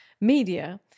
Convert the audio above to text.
media